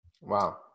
Wow